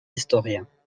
historiens